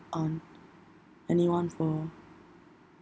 on anyone for